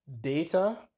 data